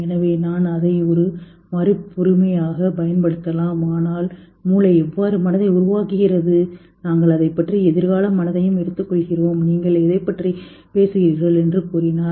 எனவே நான் அதை ஒரு மறுப்புரிமையாகப் பயன்படுத்தலாம் ஆனால் மூளை எவ்வாறு மனதை உருவாக்குகிறது நாங்கள் அதைப் பற்றி எதிர்கால மனதையும் எடுத்துக்கொள்கிறோம் நீங்கள் எதைப் பற்றி பேசுகிறீர்கள் என்று கூறினார்